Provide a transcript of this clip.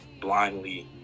blindly